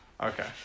Okay